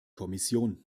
kommission